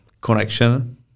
connection